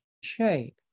shape